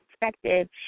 perspective